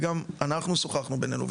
וגם אנחנו שוחחנו בינינו,